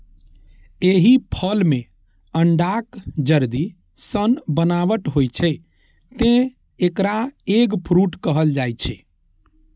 एहि फल मे अंडाक जर्दी सन बनावट होइ छै, तें एकरा एग फ्रूट कहल जाइ छै